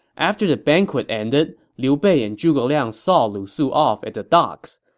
after the banquet ended, liu bei and zhuge liang saw lu su off at the docks.